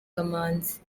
kamanzi